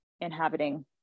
inhabiting